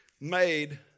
made